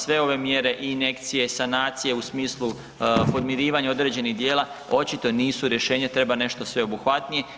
Sve ove mjere i injekcije, sanacije u smislu podmirivanja određenih dijela očito nisu rješenje, treba nešto sveobuhvatnije.